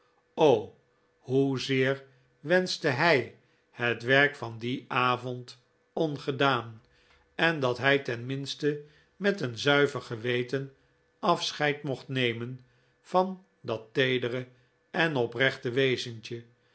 o hoe zeer wenschte hij het werk van dien avond ongedaan en dat hij ten minste met een zuiver geweten afscheid mocht nemen van dat teedere en oprechte wezentje